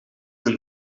een